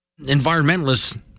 environmentalists